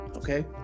Okay